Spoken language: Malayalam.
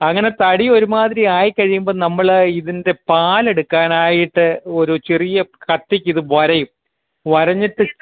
അങ്ങനെ തടി ഒരു മാതിരി ആയി കഴിയുമ്പം നമ്മള് ഇതിൻ്റെ പാല് എടുക്കാനായിട്ട് ഒരു ചെറിയ കത്തിക്കിത് വരയും വരഞ്ഞിട്ട്